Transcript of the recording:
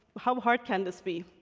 how hard can this be?